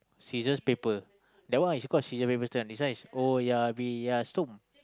scissors paper that one is called scissor paper stone this one is oh-yah-peh-yah-som